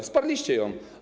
Wsparliście ją.